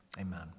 amen